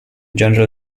general